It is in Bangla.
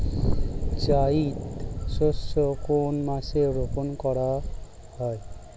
জায়িদ শস্য কোন মাসে রোপণ করা হয়?